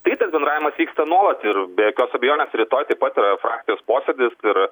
tai tas bendravimas vyksta nuolat ir be jokios abejonės rytoj taip pat yra frakcijos posėdis ir